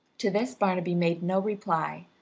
to this barnaby made no reply,